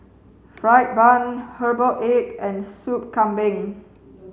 fried bun herbal egg and Sup kambing